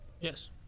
Yes